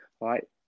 right